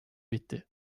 bitti